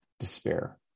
despair